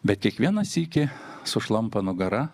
bet kiekvieną sykį sušlampa nugara